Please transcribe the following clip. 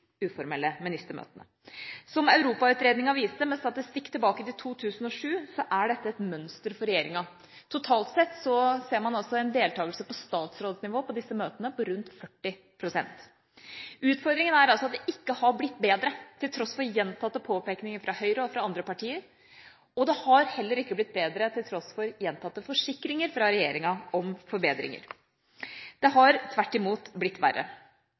uformelle ministermøtene. Som Europautredningen viste, med statistikk tilbake til 2007, er dette et mønster for regjeringa. Totalt sett ser man altså en deltagelse på statsrådsnivå på disse møtene på rundt 40 pst. Utfordringen er altså at det ikke har blitt bedre, til tross for gjentatte påpekninger fra Høyre og fra andre partier, og det har heller ikke blitt bedre til tross for gjentatte forsikringer fra regjeringa om forbedringer. Det har tvert imot blitt verre.